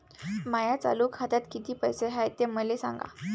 माया चालू खात्यात किती पैसे हाय ते मले सांगा